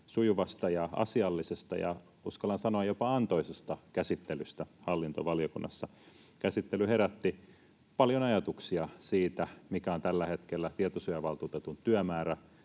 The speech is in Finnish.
sujuvasta ja asiallisesta ja, uskallan sanoa, jopa antoisasta käsittelystä hallintovaliokunnassa. Käsittely herätti paljon ajatuksia siitä, mikä on tällä hetkellä tietosuojavaltuutetun työmäärä,